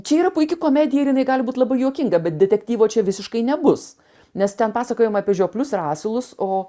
čia yra puiki komedija ir jinai gali būt labai juokinga bet detektyvo čia visiškai nebus nes ten pasakojama apie žioplius ir asilus o